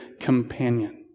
companion